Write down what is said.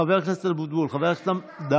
חבר הכנסת, די.